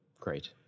Great